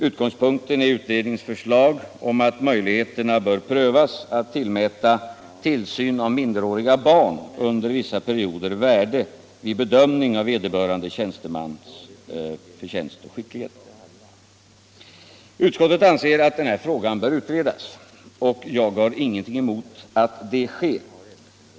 Utgångspunkten är utredningens förslag att möjligheterna bör prövas att tillmäta tillsyn av minderåriga barn under vissa perioder värde vid bedömningen av vederbörande tjänstemans förtjänst och skicklighet. Utskottet anser att denna fråga bör utredas, och jag har ingenting emot att så sker.